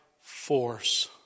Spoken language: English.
force